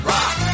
Rock